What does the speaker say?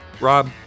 Rob